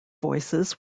voices